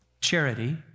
Charity